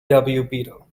beetle